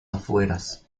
afueras